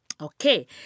Okay